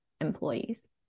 employees